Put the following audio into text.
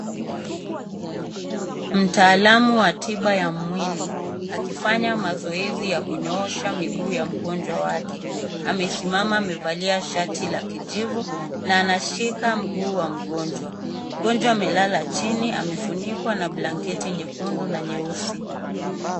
Mtaalam wa tiba ya mwili akifanya mazoezi ya kunyoosha miguu ya mgonjwa wake. Amesimama amevalia shati la kijivu na anashika mguu wa mgonjwa. Mgonjwa amelala chini na amefunikwa na blanketi nyekundu na nyeusi.